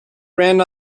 ran